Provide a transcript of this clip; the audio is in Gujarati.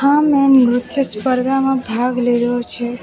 હા મેં નૃત્ય સ્પર્ધામાં ભાગ લીધો છે